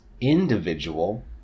individual